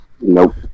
Nope